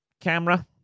camera